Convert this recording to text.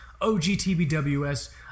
OGTBWS